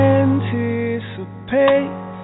anticipate